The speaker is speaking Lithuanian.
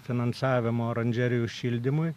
finansavimo oranžerijų šildymui